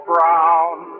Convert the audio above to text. Brown